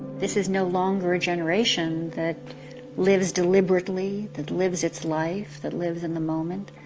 this is no longer a generation that lives deliberately, that lives its life, that lives in the moment,